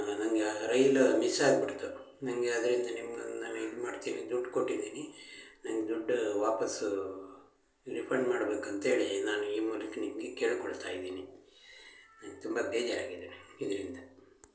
ನನಗೆ ಆ ರೈಲು ಮಿಸ್ಸಾಗ್ಬಿಡ್ತು ನನಗೆ ಅದರಿಂದ ನಿಮ್ಮನ್ನು ನಾನು ಇದು ಮಾಡ್ತೀನಿ ದುಡ್ಡು ಕೊಟ್ಟಿದ್ದೀನಿ ನಂಗೆ ದುಡ್ಡು ವಾಪಸ್ಸು ರೀಫಂಡ್ ಮಾಡಬೇಕಂಥೇಳಿ ನಾನು ಈ ಮೂಲಕ ನಿಮಗೆ ಕೇಳ್ಕೊಳ್ತಾಯಿದ್ದೀನಿ ನಂಗೆ ತುಂಬ ಬೇಜಾರಾಗಿದೆ ಇದರಿಂದ